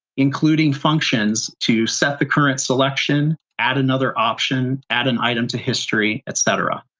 including functions to set the current selection, add another option, add an item to history, etc.